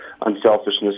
unselfishness